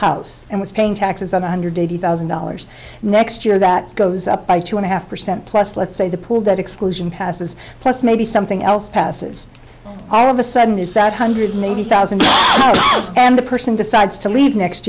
house and was paying taxes on one hundred eighty thousand dollars next year that goes up by two and a half percent plus let's say the pool that exclusion passes plus maybe something else passes all of a sudden is that hundred ninety thousand and the person decides to leave next